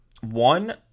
one